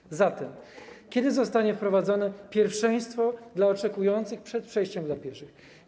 Kiedy zatem zostanie wprowadzone pierwszeństwo dla oczekujących przed przejściem dla pieszych?